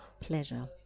pleasure